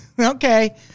okay